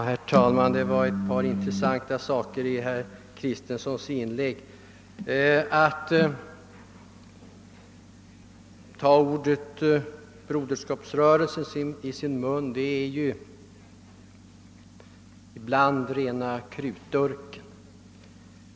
Herr talman! Det fanns ett par intressanta saker i herr Kristensons inlägg. Att ta ordet Broderskapsrörelsen i sin mun är ibland liktydigt med rena krutdurken.